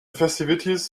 festivities